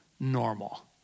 normal